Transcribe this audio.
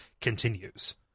continues